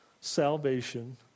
salvation